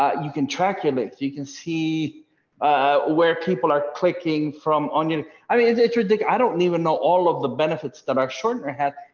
you can track your mix, you can see where people are clicking from on you. i mean, it's it's ridic. i don't even know all of the benefits that our shortener had,